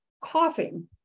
coughing